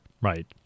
Right